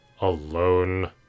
alone